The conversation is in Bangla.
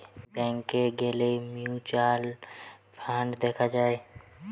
ব্যাংকে গ্যালে মিউচুয়াল ফান্ড দেখা যায়